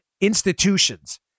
institutions